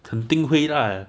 肯定会啦